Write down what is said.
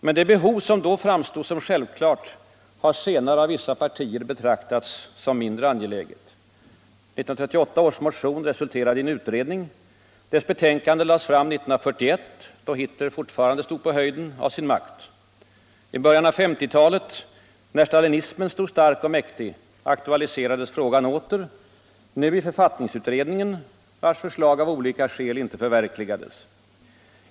Men det behov som då framstod som självklart har senare av vissa partier betraktats som mindre angeläget. 1938 års motion resulterade i en utredning. Dess betänkande lades fram 1941, när Hitler fortfarande stod på höjden av sin makt. I början på 1950-talet, när stalinismen stod stark och mäktig, aktualiserades frågan åter, nu i författningsutredningen, vars förslag av olika skäl inte förverkligades.